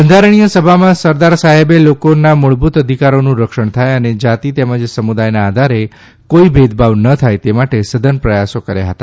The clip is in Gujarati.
બંધારણીય સભામાં સરદાર સાહેબે લોકોના મુળભુત ધિકારોનું રક્ષણ થાય ને જાતી તેમજ સમુદાયના આધારે કોઇ ભેદભાવ ન થાય તે માટે સઘન પ્રયાસો કર્યા હતા